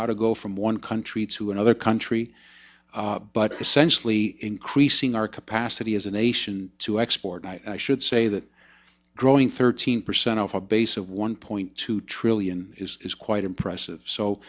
how to go from one country to another country but essentially increasing our capacity as a nation to export i should say that growing thirteen percent of our base of one point two trillion is is quite impressive so